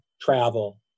travel